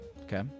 Okay